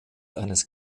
eines